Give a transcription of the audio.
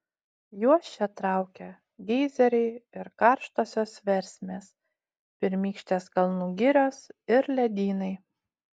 juos čia traukia geizeriai ir karštosios versmės pirmykštės kalnų girios ir ledynai